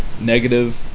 negative